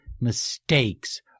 mistakes